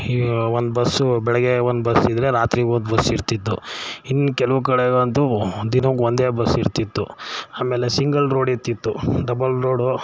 ಈ ಒಂದು ಬಸ್ಸು ಬೆಳಗ್ಗೆ ಒಂದು ಬಸ್ಸಿದ್ದರೆ ರಾತ್ರಿಗೆ ಒಂದು ಬಸ್ ಇರ್ತಿತ್ತು ಇನ್ನು ಕೆಲವು ಕಡೆಗಂತೂ ದಿನಕ್ಕೆ ಒಂದೇ ಬಸ್ ಇರ್ತಿತ್ತು ಆಮೇಲೆ ಸಿಂಗಲ್ ರೋಡ್ ಇರ್ತಿತ್ತು ಡಬಲ್ ರೋಡು